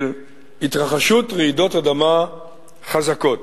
של התרחשות רעידות אדמה חזקות.